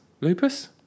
Lupus